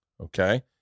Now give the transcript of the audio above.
okay